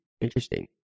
Interesting